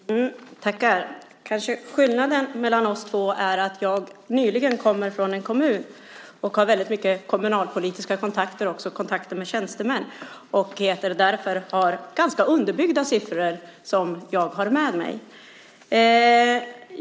Fru talman! Skillnaden, Sven Otto Littorin, mellan oss två är kanske att jag nyligen kommer från en kommun och har därför många kommunalpolitiska kontakter och även kontakter med tjänstemän. Därmed har jag också ganska väl underbyggda siffror med mig.